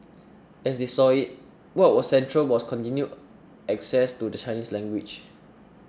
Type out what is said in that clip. as they saw it what was central was continued access to the Chinese language